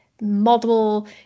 multiple